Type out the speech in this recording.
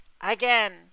Again